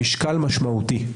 משקל משמעותי.